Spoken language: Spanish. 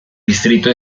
distrito